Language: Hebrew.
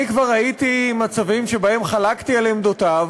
אני כבר ראיתי מצבים שבהם חלקתי על עמדותיו